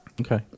Okay